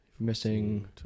Missing